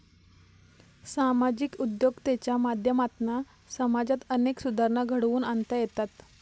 सामाजिक उद्योजकतेच्या माध्यमातना समाजात अनेक सुधारणा घडवुन आणता येतत